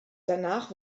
danach